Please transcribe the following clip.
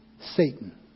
Satan